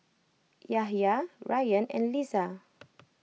Yahaya Ryan and Lisa